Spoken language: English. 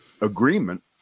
agreement